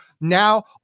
now –